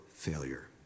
Failure